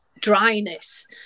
dryness